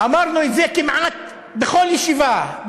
אמרנו את זה כמעט בכל ישיבה,